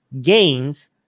gains